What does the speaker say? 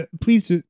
Please